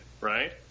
right